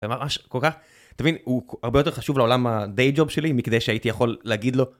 וממש, כל כך... תבין, הוא הרבה יותר חשוב לעולם הדייג'וב שלי מכדי שהייתי יכול להגיד לא